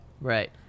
Right